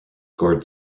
scored